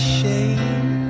shame